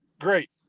Great